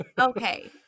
okay